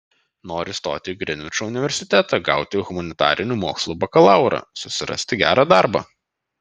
noriu stoti į grinvičo universitetą gauti humanitarinių mokslų bakalaurą susirasti gerą darbą